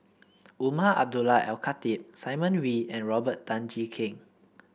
Umar Abdullah Al Khatib Simon Wee and Robert Tan Jee Keng